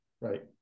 right